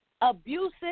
abusive